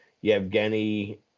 Yevgeny